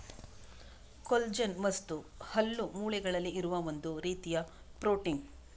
collagen ವಸ್ತು ಹಲ್ಲು, ಮೂಳೆಗಳಲ್ಲಿ ಇರುವ ಒಂದು ರೀತಿಯ ಪ್ರೊಟೀನ್